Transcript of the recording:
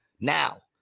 Now